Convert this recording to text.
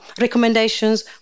recommendations